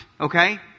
Okay